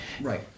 Right